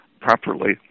properly